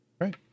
Right